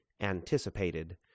anticipated